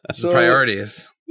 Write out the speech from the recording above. priorities